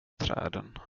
träden